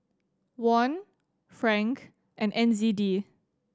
Won Franc and N Z D